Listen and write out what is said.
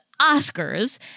Oscars